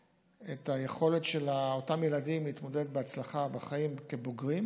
היכולת של אותם ילדים להתמודד בהצלחה בחיים כבוגרים,